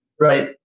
right